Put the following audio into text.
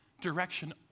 Direction